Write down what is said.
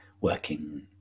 working